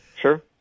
Sure